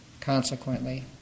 Consequently